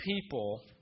people